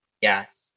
Yes